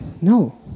No